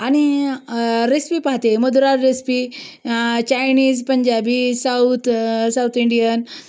आणि रेसपी पहाते Madhura recipe Chinese Punjabi south south Indian